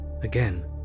Again